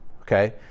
okay